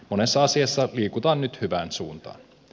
monessa asiassa liikutaan nyt hyvään suuntaan